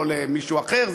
לא למישהו אחר,